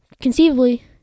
conceivably